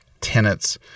tenets